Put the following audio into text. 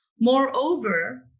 Moreover